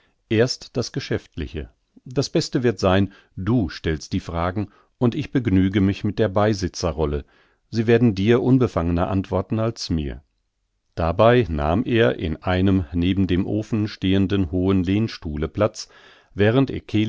erst das geschäftliche das beste wird sein du stellst die fragen und ich begnüge mich mit der beisitzer rolle sie werden dir unbefangner antworten als mir dabei nahm er in einem neben dem ofen stehenden hohen lehnstuhle platz während